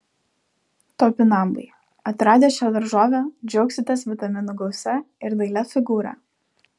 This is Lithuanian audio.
topinambai atradę šią daržovę džiaugsitės vitaminų gausa ir dailia figūra